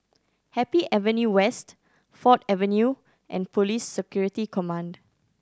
Happy Avenue West Ford Avenue and Police Security Command